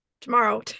tomorrow